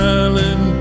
island